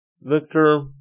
Victor